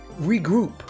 regroup